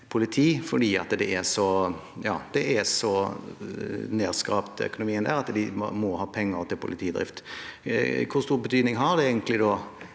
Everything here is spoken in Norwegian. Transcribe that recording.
fordi økonomien er så nedskrapt at de må ha penger til politidrift. Hvor stor betydning har det egentlig